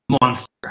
monster